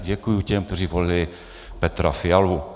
Děkuji těm, kteří volili Petra Fialu.